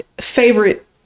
favorite